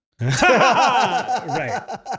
Right